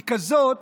היא כזאת